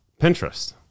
Pinterest